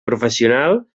professional